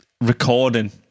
recording